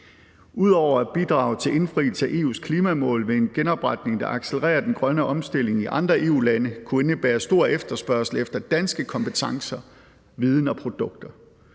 Ud over at bidrage til indfrielse af EU's klimamål vil en genopretning, der accelererer den grønne omstilling i andre EU-lande, kunne indebære stor efterspørgsel efter danske kompetencer, viden og produkter.